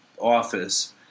office